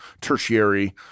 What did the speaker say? tertiary